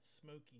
smoky